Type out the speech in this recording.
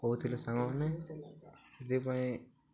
କହୁଥିଲେ ସାଙ୍ଗମାନେ ସେଥିପାଇଁ